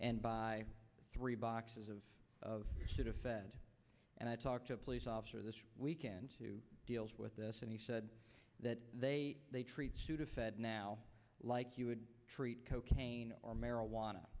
and buy three boxes of of sudafed and i talked to a police officer this weekend who deals with this and he said that they they treat sudafed now like you would treat cocaine or marijuana